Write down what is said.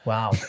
Wow